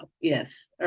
Yes